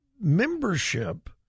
Membership